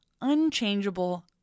unchangeable